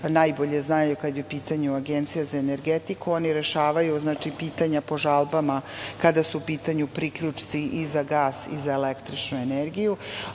najbolje znaju kada je u pitanju Agencija za energetiku, rešavaju pitanja po žalbama, kada su u pitanju priključci i za gas, i za električnu energiju,